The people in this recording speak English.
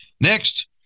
next